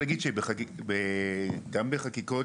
בחקיקות